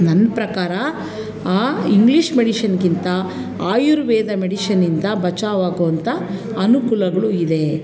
ನನ್ನ ಪ್ರಕಾರ ಆ ಇಂಗ್ಲೀಷ್ ಮೆಡಿಶನ್ನಿಗಿಂತ ಆಯುರ್ವೇದ ಮೆಡಿಶನಿಂದ ಬಚಾವಾಗುವಂಥ ಅನುಕೂಲಗಳು ಇದೆ